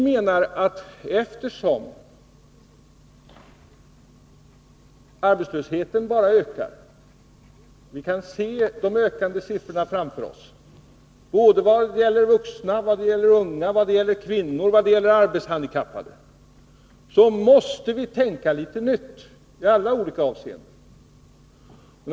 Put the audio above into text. Men eftersom arbetslösheten bara ökar — vi kan se de ökande siffrorna framför oss vad gäller vuxna i allmänhet, vad gäller unga, kvinnor och arbetshandikappade — måste vi tänka i nya banor i alla olika avseenden.